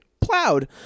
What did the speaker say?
plowed